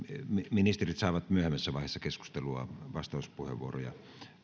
ministerit saavat myöhemmässä vaiheessa keskustelua vastauspuheenvuoroja